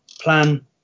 Plan